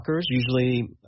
Usually